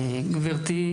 גברתי,